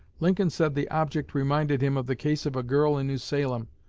lincoln said the object reminded him of the case of a girl in new salem,